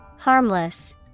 Harmless